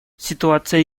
ситуация